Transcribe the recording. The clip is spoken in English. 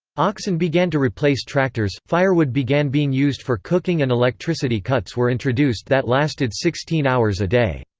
oxen began to replace tractors, firewood began being used for cooking and electricity cuts were introduced that lasted sixteen hours a day.